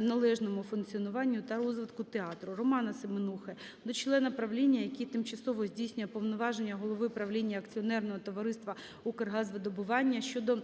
належному функціонуванню та розвитку театру. Романа Семенухи до члена правління, який тимчасово здійснює повноваження голови правління акціонерного товариства "Укргазвидобування" щодо